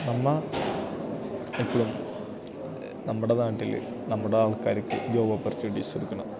നമ്മള് എപ്പോഴും നമ്മുടെ നാട്ടില് നമ്മുടെ ആൾക്കാര്ക്ക് ജോബ് ഓപ്പർച്യൂണിറ്റീസ് കൊടുക്കണം